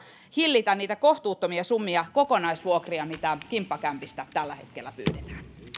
hillitä niitä kohtuuttomia summia kokonaisvuokrissa mitä kimppakämpistä tällä hetkellä pyydetään